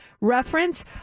reference